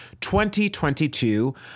2022